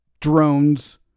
drones